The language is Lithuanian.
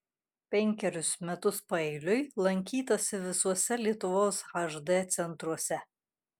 penkerius metus paeiliui lankytasi visuose lietuvos hd centruose